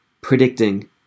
predicting